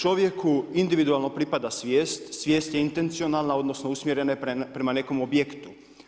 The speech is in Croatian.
Čovjeku individualno pripada svijest, svijest je intecionalna odnosno usmjerena je prema nekom objektu.